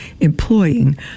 employing